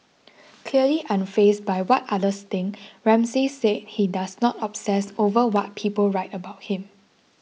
clearly unfazed by what others think Ramsay said he does not obsess over what people write about him